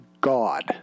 God